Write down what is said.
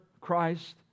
Christ